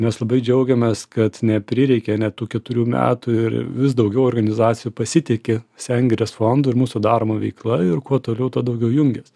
mes labai džiaugiamės kad neprireikė net tų keturių metų ir vis daugiau organizacijų pasitiki sengirės fondu ir mūsų daroma veikla ir kuo toliau tuo daugiau jungias